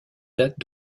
date